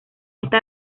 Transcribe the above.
esta